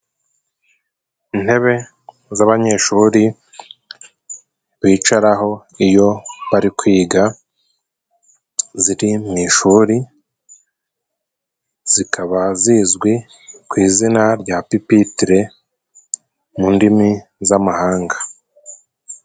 Intebe z'abanyeshuri bicaraho iyo bari kwiga ziri mu ishuri zikaba zizwi ku izina rya pipitire mu ndimi z'amahanga,